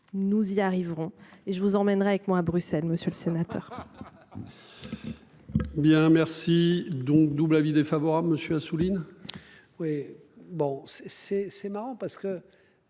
Nous y arriverons. Et je vous emmènerai avec moi à Bruxelles, monsieur le sénateur.